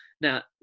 Now